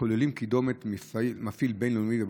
הכוללים קידומת מפעיל בין-לאומי לווטסאפ,